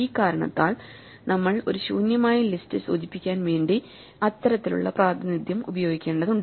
ഈ കാരണത്താൽ നമ്മൾ ഒരു ശൂന്യമായ ലിസ്റ്റ് സൂചിപ്പിക്കാൻ വേണ്ടി ഇത്തരത്തിലുള്ള പ്രാതിനിധ്യം ഉപയോഗിക്കേണ്ടതുണ്ട്